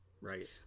Right